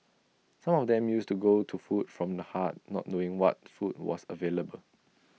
some of them used to go to food from the heart not knowing what food was available